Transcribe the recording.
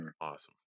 awesome